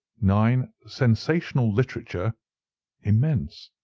nine. sensational literature immense.